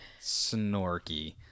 Snorky